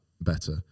better